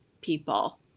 people